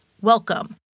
welcome